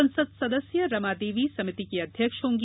संसद सदस्य रमा देवी समिति की अध्यक्ष होंगी